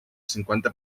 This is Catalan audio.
cinquanta